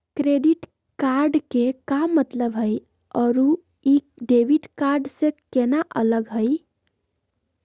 Credit card के का मतलब हई अरू ई डेबिट कार्ड स केना अलग हई?